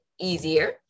easier